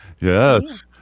Yes